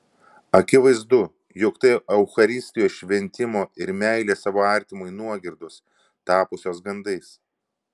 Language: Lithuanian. akivaizdu jog tai eucharistijos šventimo ir meilės savo artimui nuogirdos tapusios gandais